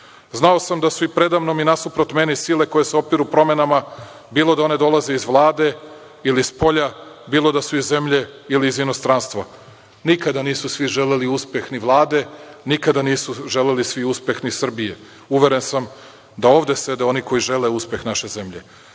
Znao sam da su predamnom i nasuprot meni sile koje se opiru promenama bilo da one dolaze iz Vlade ili spolja, bilo da su iz zemlje ili inostranstva. Nikada nisu svi želeli uspeh ni Vlade, nikada nisu želeli svi uspeh ni Srbije. Uveren sam da sede oni koji žele uspeh naše